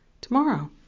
tomorrow